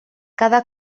cada